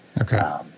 Okay